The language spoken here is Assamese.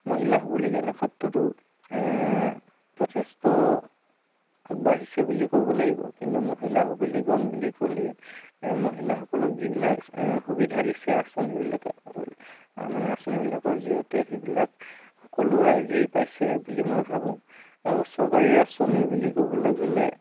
মহিলা সবলীকৰণৰ ক্ষেত্ৰতো যথেষ্ট আগবাঢ়িছে বুলি ক'ব লাগিব কিন্তু মহিলা সবলীকৰণ বুলি ক'লেই মহিলাসকলক যিবিলাক সুবিধা দিছে আঁচনিবিলাক মানে আঁচনিবিলাকৰ জৰিয়তে সেইবিলাক সকলো ৰাইজেই পাইছে বুলি মই ভাবোঁ আৰু চৰকাৰী আঁচনি বুলি ক'বলৈ গ'লে